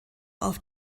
auf